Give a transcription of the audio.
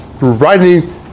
writing